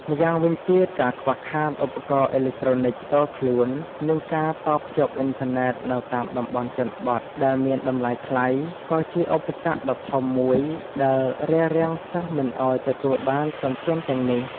ម្យ៉ាងវិញទៀត ការខ្វះខាតឧបករណ៍អេឡិចត្រូនិចផ្ទាល់ខ្លួន និងការតភ្ជាប់អ៊ីនធឺណេតនៅតាមតំបន់ជនបទ ដែលមានតម្លៃថ្លៃ ក៏ជាឧបសគ្គដ៏ធំមួយដែលរារាំងសិស្សមិនឱ្យទទួលបានធនធានទាំងនេះ។